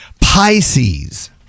Pisces